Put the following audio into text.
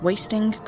Wasting